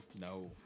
No